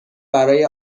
برای